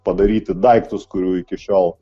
padaryti daiktus kurių iki šiol